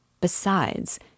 Besides